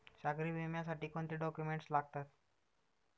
सागरी विम्यासाठी कोणते डॉक्युमेंट्स लागतात?